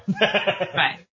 Right